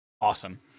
awesome